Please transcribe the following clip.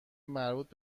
مربوط